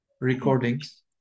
recordings